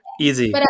easy